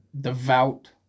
devout